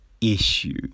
issue